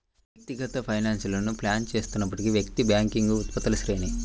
వ్యక్తిగత ఫైనాన్స్లను ప్లాన్ చేస్తున్నప్పుడు, వ్యక్తి బ్యాంకింగ్ ఉత్పత్తుల శ్రేణి